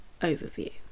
overview